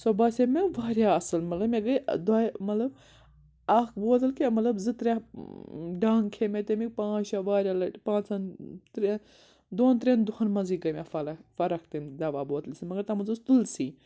سۄ باسے مےٚ واریاہ اَصٕل مگر مےٚ گٔے دۄیہِ مطلب اَکھ بوتل کیٛاہ مطلب زٕ ترٛےٚ ڈنٛگ کھے مےٚ تَمِکۍ پانٛژھ شےٚ واریاہ لَٹہِ پانٛژَن ترٛےٚ دۄن ترٛٮ۪ن دۄہَن منٛزٕے گٔے مےٚ فَلق فَرق تَمہِ دَوا بوتلہِ سۭتۍ مگر تَتھ منٛز اوس تُلسی